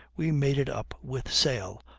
we made it up with sail,